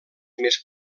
més